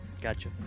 Gotcha